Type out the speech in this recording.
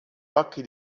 occhi